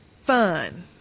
fun